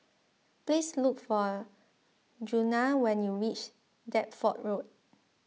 please look for Djuna when you reach Deptford Road